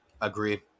Agreed